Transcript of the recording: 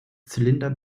zylinder